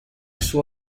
suo